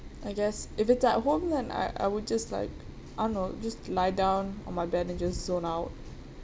I guess if it's at home then I I would just like I don't know just lie down on my bed and just zone out